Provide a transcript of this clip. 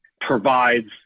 provides